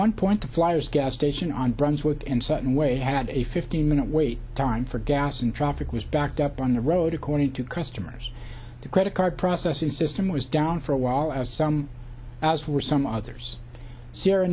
one point to flyers gas station on brunswick and sudden way had a fifteen minute wait time for gas and traffic was backed up on the road according to customers the credit card processing system was down for a while as some as were some others sierra